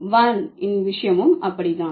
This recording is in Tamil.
WAN இன் விஷயமும் அப்படித்தான்